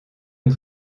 een